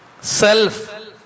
Self